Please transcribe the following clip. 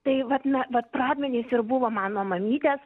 tai vat na vat pradmenys ir buvo mano mamytės